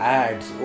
ads